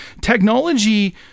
technology